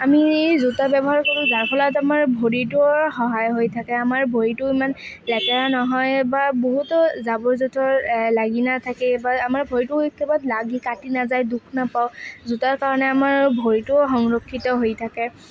আমি এই জোতা ব্যৱহাৰ কৰোঁ যাৰ ফলত আমাৰ ভৰিটোৰ সহায় হৈ থাকে আমাৰ ভৰিটো ইমান লেতেৰা নহয় বা বহুতো জাবৰ জোথৰ লাগি নাথাকে আমাৰ ভৰিটো ক'ৰবাত লাগি কাটি নাযায় দুখ নাপাওঁ জোতাৰ কাৰণে আমাৰ ভৰিটো সংৰক্ষিত হৈ থাকে